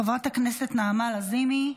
חברת הכנסת נעמה לזימי,